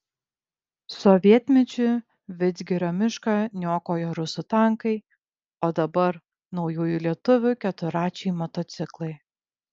sovietmečiu vidzgirio mišką niokojo rusų tankai o dabar naujųjų lietuvių keturračiai motociklai